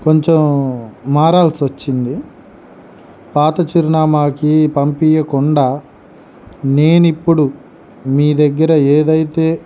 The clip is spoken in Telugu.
కొంచెం మారాల్సి వచ్చింది పాత చిరునామకి పంపించకుండా నేను ఇప్పుడు మీ దగ్గర ఏది అయితే